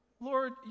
Lord